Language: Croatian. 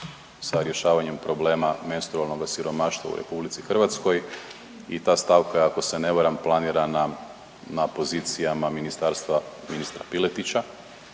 sa rješavanjem problema menstrualnoga siromaštva u RH i ta stavka je ako se ne varam planirana na pozicijama ministarstva ministra Piletića